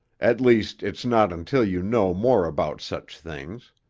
at least, it's not until you know more about such things.